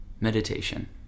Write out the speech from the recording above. meditation